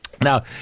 Now